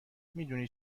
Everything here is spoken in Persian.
میدونی